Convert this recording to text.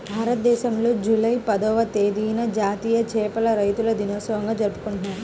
భారతదేశంలో జూలై పదవ తేదీన జాతీయ చేపల రైతుల దినోత్సవంగా జరుపుకుంటున్నాం